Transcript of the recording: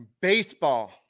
baseball